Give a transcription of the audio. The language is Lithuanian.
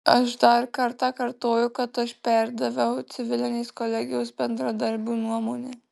aš dar kartą kartoju kad aš perdaviau civilinės kolegijos bendradarbių nuomonę